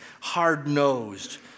hard-nosed